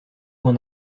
coin